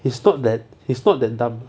he's not that he's not that dumb